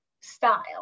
style